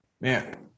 man